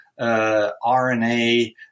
RNA